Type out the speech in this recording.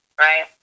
right